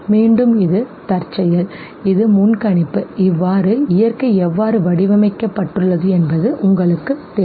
மீண்டும் இது தற்செயல் இது முன்கணிப்பு இவ்வாறு இயற்கை எவ்வாறு வடிவமைக்கப்பட்டுள்ளது என்பது உங்களுக்குத் தெரியும்